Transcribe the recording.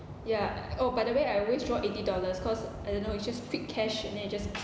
ya oh by the way I always draw eighty dollars cause I don't know it's just fixed cash and then you just